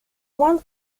one